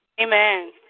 Amen